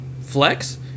flex